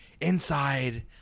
inside